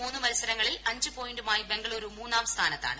മൂന്നു മത്സരങ്ങളിൽ അഞ്ച് പോയിന്റുമായി ബംഗളൂരും മൂന്നാം സ്ഥാനത്താണ്